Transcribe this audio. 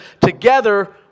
together